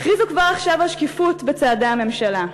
הכריזו כבר עכשיו על שקיפות בצעדי הממשלה.